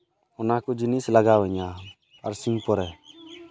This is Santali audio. ᱚᱱᱟ ᱠᱚ ᱡᱤᱱᱤᱥ ᱞᱟᱜᱟᱣ ᱤᱧᱟᱹ ᱵᱟᱨᱥᱤᱧ ᱯᱚᱨᱮ